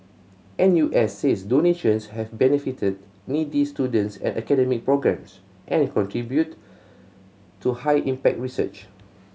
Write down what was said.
N U S says donations have benefited needy students and academic programmes and contributed to high impact research